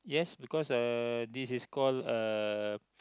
yes because uh this is call uh